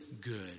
good